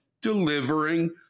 delivering